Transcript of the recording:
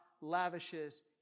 lavishes